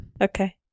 Okay